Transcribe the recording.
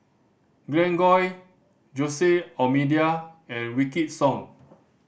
Glen Goei Jose D'Almeida and Wykidd Song